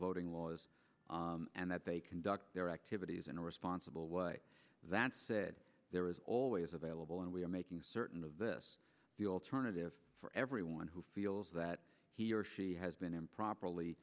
voting laws and that they conduct their activities in a responsible way that said there is always available and we are making certain of this the alternative for everyone who feels that he or she has been improperly